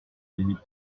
limite